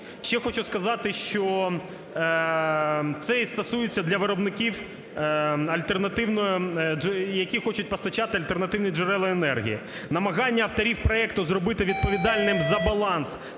Ще хочу сказати, що це і стосується для виробників альтернативної, які хочуть постачати альтернативні джерела енергії. Намагання авторів проекту зробити відповідальним за баланс